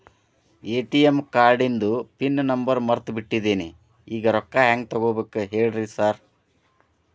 ATM ಕಾರ್ಡಿಂದು PIN number ಮರ್ತ್ ಬಿಟ್ಟಿದೇನಿ ಈಗ ರೊಕ್ಕಾ ಹೆಂಗ್ ತೆಗೆಬೇಕು ಹೇಳ್ರಿ ಸಾರ್